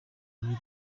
muri